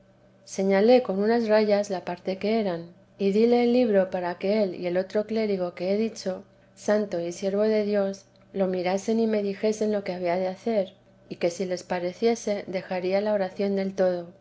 adre con unas rayas la parte que eran y dile el libro para que él y el otro clérigo que he dicho santo y siervo de dios lo mirasen y me dijesen lo que había de hacer y que si les pareciese dejaría la oración del todo